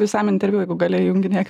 visam interviu jeigu gali junginėk